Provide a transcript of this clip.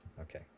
okay